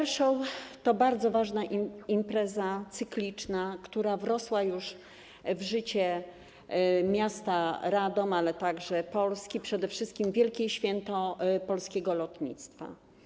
Air show to bardzo ważna impreza cykliczna, która wrosła już w życie miasta Radom, ale także Polski, a przede wszystkim wielkie święto polskiego lotnictwa.